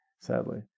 sadly